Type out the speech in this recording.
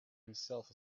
himself